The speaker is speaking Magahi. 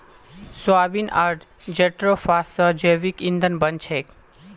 सोयाबीन आर जेट्रोफा स जैविक ईंधन बन छेक